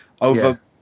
over